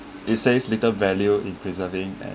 it says little value in preserving